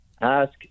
ask